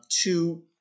two